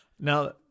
now